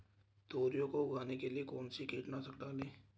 तोरियां को उगाने के लिये कौन सी कीटनाशक डालें?